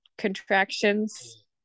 contractions